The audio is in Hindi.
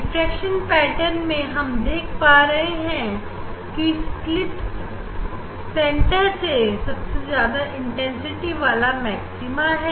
डिफ्रेक्शन पेटर्न में हम देख पा रहे हैं कि सेंटर में सबसे ज्यादा इंटेंसिटी वाला मैक्सिमा है